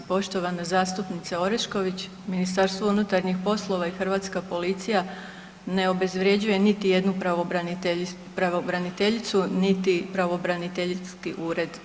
Poštovana zastupnice Orešković, Ministarstvo unutarnjih poslova i Hrvatska policija ne obezvređuje ni jednu pravobraniteljicu, niti pravobraniteljski ured.